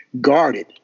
guarded